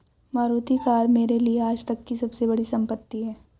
Maruti car मेरे लिए आजतक की सबसे बड़ी संपत्ति है